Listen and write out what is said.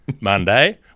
Monday